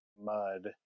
mud